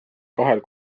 kahel